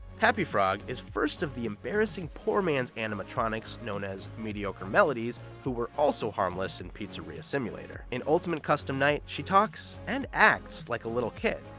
happy frog is first of the embarrassing poor man's animatronics known as mediocre melodies who were also harmless in pizzeria simulator. in ultimate custom night, she talks and acts like a little kid.